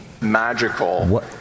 Magical